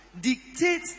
Dictate